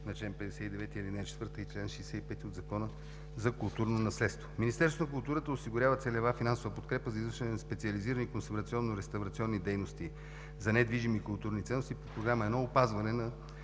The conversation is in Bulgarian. на чл. 59, ал. 4 и чл. 65 от Закона за културното наследство. Министерството на културата осигурява целева финансова подкрепа за извършване на специализирани консервационно-реставрационни дейности за недвижими културни ценности по Програма 1 „Опазване на